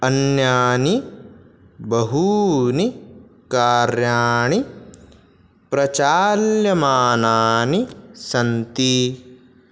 अन्यानि बहूनि कार्याणि प्रचाल्यमानानि सन्ति